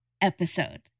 episode